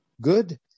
good